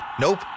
Nope